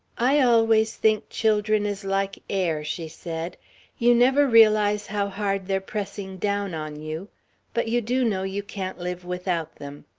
i always think children is like air, she said you never realize how hard they're pressing down on you but you do know you can't live without them.